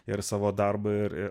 ir savo darbą ir